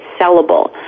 sellable